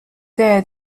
there